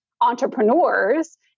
entrepreneurs